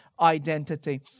identity